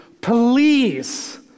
please